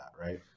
Right